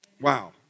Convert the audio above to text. Wow